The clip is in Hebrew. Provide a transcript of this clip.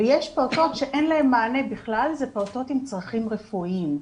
ויש פעוטות שאין להם מענה בכלל ואלה פעוטות עם צרכים רפואיים.